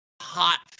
hot